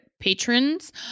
patrons